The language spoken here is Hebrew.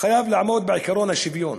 חייב לעמוד בעקרון השוויון.